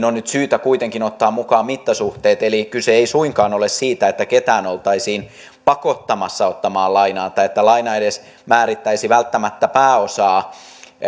on nyt syytä kuitenkin ottaa mukaan mittasuhteet kyse ei suinkaan ole siitä että ketään oltaisiin pakottamassa ottamaan lainaa tai että laina edes määrittäisi välttämättä pääosaa